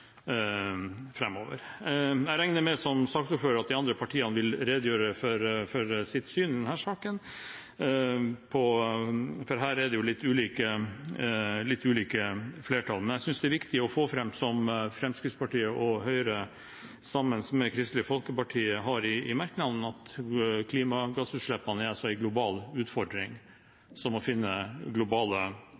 Jeg regner med at de andre partiene vil redegjøre for sitt syn i denne saken, for her er det litt ulike flertall, men jeg synes det er viktig å få fram det som Fremskrittspartiet og Høyre sammen med Kristelig Folkeparti sier i merknadene, at klimagassutslippene er en global utfordring som må finne globale